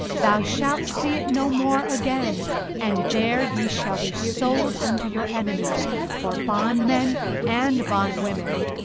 thou shalt see it no more again and there ye shall be sold unto your enemies for bondmen and bondwomen,